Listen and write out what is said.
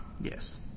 Yes